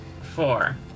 Four